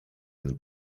ten